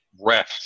refs